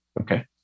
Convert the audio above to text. Okay